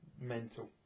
mental